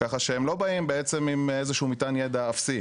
כך שהם לא באים עם איזשהו מטען ידע אפסי,